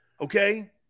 Okay